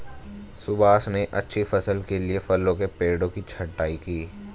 सुभाष ने अच्छी फसल के लिए फलों के पेड़ों की छंटाई की